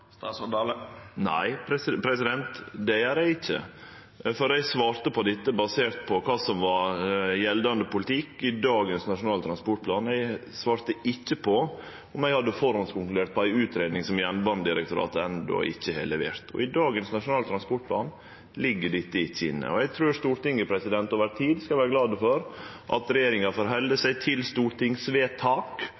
det gjer eg ikkje. For eg svara på dette basert på kva som er gjeldande politikk i dagens nasjonale transportplan, eg svara ikkje på om eg hadde konkludert på førehand på ei utgreiing som Jernbanedirektoratet enno ikkje har levert. I dagens nasjonale transportplan ligg ikkje dette inne. Eg trur Stortinget over tid skal vere glad for at regjeringa